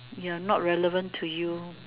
ya not relevant to you